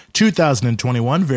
2021